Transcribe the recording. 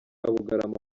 bugarama